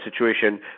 situation